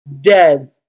Dead